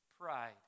pride